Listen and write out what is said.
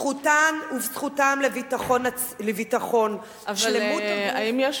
זכותם וזכותן לביטחון, שלמות הגוף, אבל האם יש